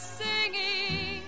singing